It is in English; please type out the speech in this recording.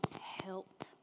help